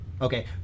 Okay